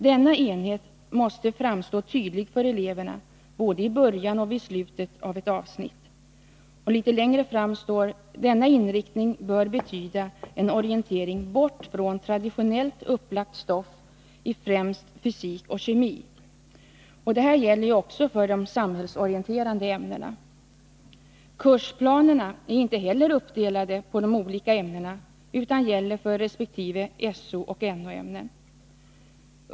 Denna enhet måste framstå tydligt för eleverna både i början och vid slutet av ett avsnitt.” Litet längre fram står: ”Denna inriktning bör betyda en orientering bort från traditionellt upplagt stoff i främst fysik och kemi.” Detta gäller också för de samhällsorienterande ämnena. Kursplanerna är inte heller uppdelade på de olika ämnena utan gäller för resp. SO och NO-ämne.